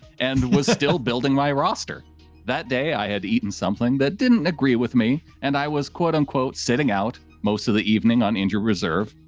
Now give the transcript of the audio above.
and was still building my roster that day. i had eaten something that didn't agree with me. and i was quote unquote, sitting out most of the evening on injured reserve.